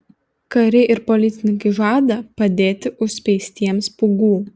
kariai ir policininkai žada padėti užspeistiems pūgų